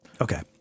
Okay